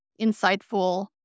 insightful